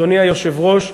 אדוני היושב-ראש,